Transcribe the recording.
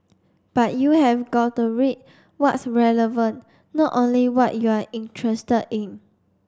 but you have got to read what's relevant not only what you're interested in